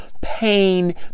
pain